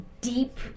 deep